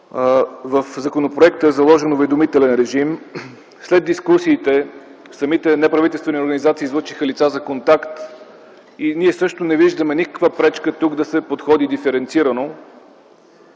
В законопроекта е заложен уведомителен режим. След дискусиите самите неправителствени организации излъчиха лица за контакт и ние не виждаме никаква пречка тук да се подходи диференцирано